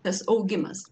tas augimas